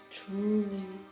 truly